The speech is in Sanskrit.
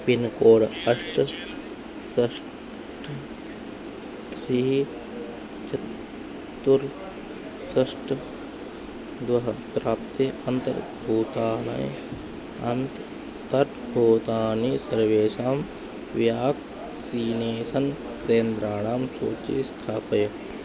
पिन्कोड् अष्ट षट् त्रीणि चत्वारि षट् द्वे प्रान्ते अन्तर्भूतानि अन्तर्भूतानि सर्वेषां व्याक्सीनेसन् केन्द्राणां सूचीं स्थापय